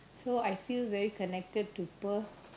so I feel very connected to Perth